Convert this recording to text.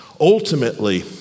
Ultimately